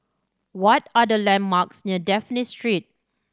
what are the landmarks near Dafne Street